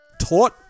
taught